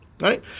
right